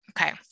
Okay